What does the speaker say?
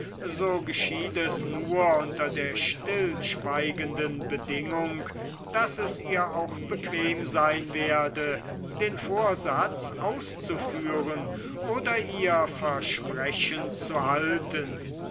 so geschieht es nur unter der stillschweigenden bedingung daß es ihr auch bequem sein werde den vorsatz auszuführen oder ihr versprechen zu halten